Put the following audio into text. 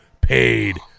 paid